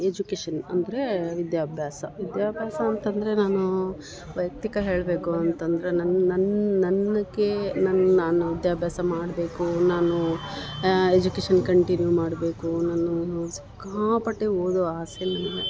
education ಅಂದರೆ ವಿದ್ಯಾಭ್ಯಾಸ ವಿದ್ಯಾಭ್ಯಾಸ ಅಂತಂದರೆ ನಾನು ವೈಯಕ್ತಿಕ ಹೇಳಬೇಕು ಅಂತಂದರೆ ನನ್ನ ನನ್ನ ನನ್ನಕ್ಕೇ ನನ್ನ ನಾನು ವಿದ್ಯಾಭ್ಯಾಸ ಮಾಡ್ಬೇಕು ನಾನು ಎಜುಕೇಶನ್ ಕಂಟಿನ್ಯೂ ಮಾಡಬೇಕು ನಾನು ಸಿಕ್ಕಾಪಟ್ಟೆ ಓದೋ ಆಸೆ ನನಗೆ